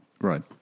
right